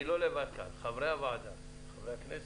חברי הוועדה, חברי הכנסת.